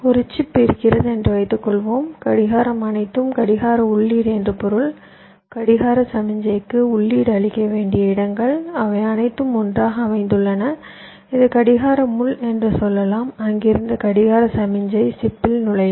ஒரு சிப் இருக்கிறது என்று வைத்துக்கொள்வோம் கடிகாரம் அனைத்தும் கடிகார உள்ளீடு என்று பொருள் கடிகார சமிக்ஞைக்கு உள்ளீடு அளிக்க வேண்டிய இடங்கள் அவை அனைத்தும் ஒன்றாக அமைந்துள்ளன இது கடிகார முள் என்று சொல்லலாம் அங்கிருந்து கடிகார சமிக்ஞை சிப்பில் நுழையும்